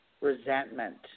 resentment